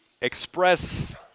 express